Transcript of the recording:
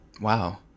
wow